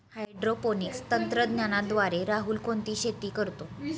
Hydroponics तंत्रज्ञानाद्वारे राहुल कोणती शेती करतो?